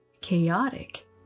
chaotic